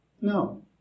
No